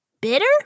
bitter